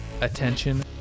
Attention